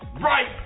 right